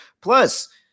Plus